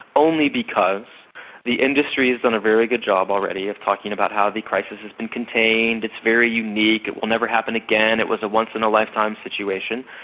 only because the industry's done a very good job already of talking about how the crisis has been contained, it's very unique, it will never happen again it was a once-in-a-lifetime situation,